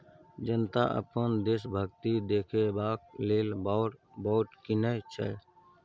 जनता अपन देशभक्ति देखेबाक लेल वॉर बॉड कीनय छै